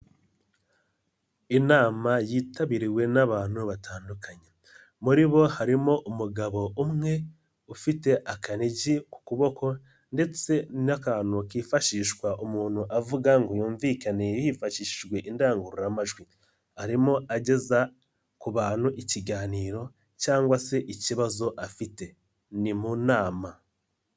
Inama yitabiriwe n'abantu batandukanye muri bo harimo umugabo umwe ufite akanigi ku kuboko ndetse n'akantu kifashishwa umuntu avuga ngo yumvikane hifashishijwe indangururamajwi arimo ageza ku bantu ikiganiro cyangwa se ikibazo afite, ni mu nama.